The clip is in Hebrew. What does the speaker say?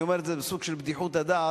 אני אומר את זה בסוג של בדיחות הדעת,